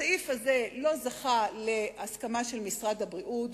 הסעיף הזה לא זכה להסכמה של משרד הבריאות.